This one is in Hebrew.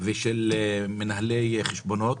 ושל מנהלי חשבונות.